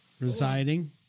Residing